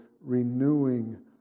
renewing